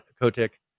Kotick